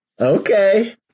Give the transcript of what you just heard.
Okay